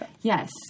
Yes